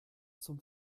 zum